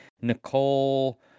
Nicole